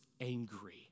angry